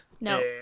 No